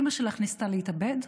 אימא שלך ניסתה להתאבד,